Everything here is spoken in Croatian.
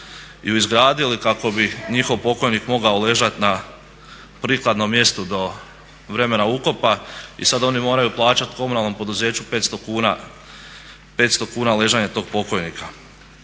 ju izgradili kako bi njihov pokojnik mogao ležati na prikladnom mjestu do vremena ukopa i sad oni moraju plaćati komunalnom poduzeću 500 kuna ležanje tog pokojnika.